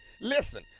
Listen